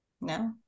no